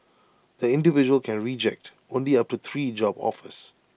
the individual can reject only up to three job offers